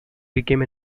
became